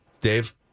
Dave